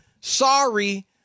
Sorry